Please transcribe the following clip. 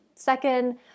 Second